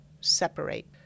separate